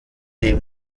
dem